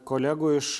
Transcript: kolegų iš